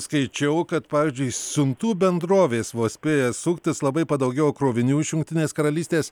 skaičiau kad pavyzdžiui siuntų bendrovės vos spėja suktis labai padaugėjo krovinių iš jungtinės karalystės